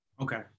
okay